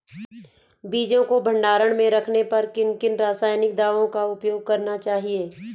बीजों को भंडारण में रखने पर किन किन रासायनिक दावों का उपयोग करना चाहिए?